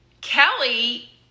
Kelly